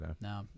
no